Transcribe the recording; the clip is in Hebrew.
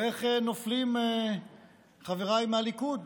איך נופלים חבריי מהליכוד,